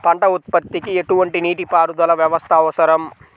పంట ఉత్పత్తికి ఎటువంటి నీటిపారుదల వ్యవస్థ అవసరం?